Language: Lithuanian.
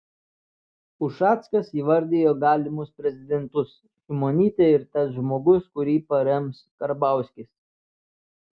ušackas įvardijo galimus prezidentus šimonytė ir tas žmogus kurį parems karbauskis